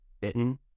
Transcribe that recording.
bitten